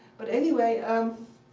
but anyway, um